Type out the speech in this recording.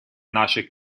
наших